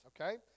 okay